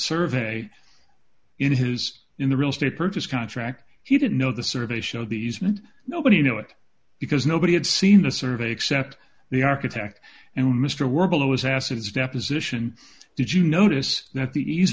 survey in his in the real estate purchase contract he didn't know the survey showed the easement nobody know it because nobody had seen a survey except the architect and mr were below is acids deposition did you notice that the ease